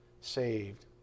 saved